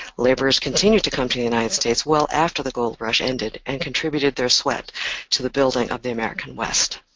laborers continued to come to the united states well after the gold rush ended, and contributed their sweat to the building of the american west.